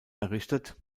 errichtet